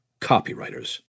Copywriters